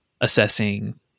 assessing